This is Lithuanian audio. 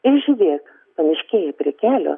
ir žydėk pamiškėje prie kelio